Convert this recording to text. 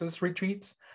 retreats